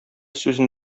сүзен